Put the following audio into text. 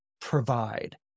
provide